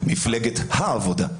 מפלגת העבודה.